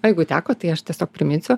o jeigu teko tai aš tiesiog priminsiu